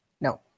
No